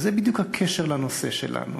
וזה בדיוק הקשר לנושא שלנו,